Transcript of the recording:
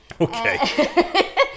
Okay